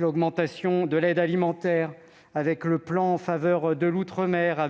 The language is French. l'augmentation de l'aide alimentaire, un plan en faveur des outre-mer,